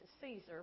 Caesar